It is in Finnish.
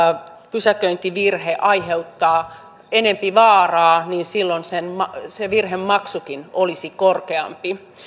pysäköintivirhe aiheuttaa enempi vaaraa niin silloin se virhemaksukin olisi korkeampi